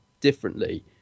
differently